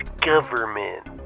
government